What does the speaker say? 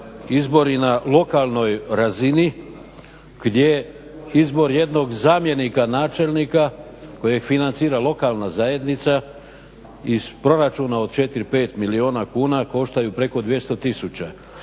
izbori na lokalnoj razini gdje izbor jednog zamjenika načelnika kojeg financira lokalna zajednica iz proračuna od 4,5 milijuna kuna koštaju preko 200 tisuća.